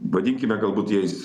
vadinkime galbūt jais